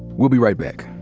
we'll be right back.